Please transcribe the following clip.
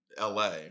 LA